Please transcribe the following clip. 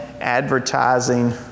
advertising